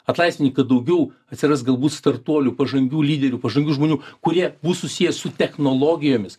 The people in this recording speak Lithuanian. atlaisvini kad daugiau atsiras galbūt startuolių pažangių lyderių pažangių žmonių kurie bus susiję su technologijomis